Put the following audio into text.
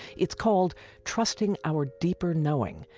it's called trusting our deeper knowing,